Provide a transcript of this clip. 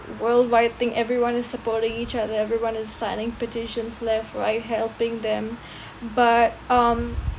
worldwide thing everyone is supporting each other everyone is signing petitions left right helping them but um